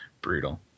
Brutal